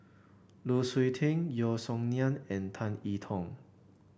Lu Suitin Yeo Song Nian and Tan E Tong